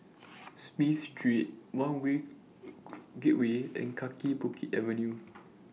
Smith Street one North Gateway and Kaki Bukit Avenue